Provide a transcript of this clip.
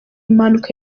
mpanuka